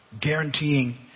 guaranteeing